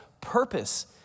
purpose